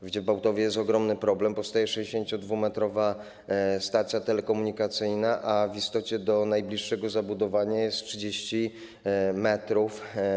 W Dziebałtowie jest ogromny problem, powstaje 62-metrowa stacja telekomunikacyjna, a w istocie do najbliższego zabudowania jest 30 m.